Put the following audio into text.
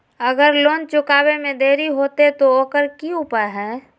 अगर लोन चुकावे में देरी होते तो ओकर की उपाय है?